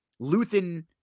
Luthen